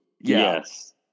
yes